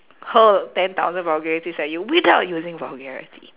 hurl ten thousand vulgarities at you without using vulgarity